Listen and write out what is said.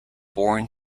born